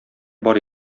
бар